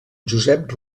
josep